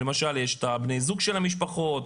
יש את בני הזוג של משפחות,